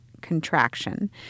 contraction